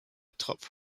top